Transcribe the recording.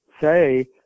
say